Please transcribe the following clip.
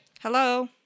Hello